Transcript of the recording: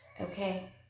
Okay